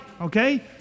okay